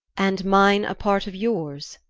and mine a part of yours?